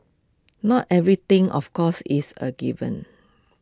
not everything of course is A given